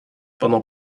pendant